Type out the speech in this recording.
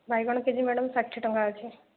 ବାଇଗଣ KG madam ଷାଠିଏ ଟଙ୍କା ଅଛି